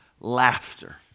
laughter